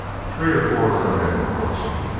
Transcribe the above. three or four other men were watching.